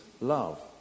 love